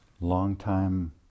longtime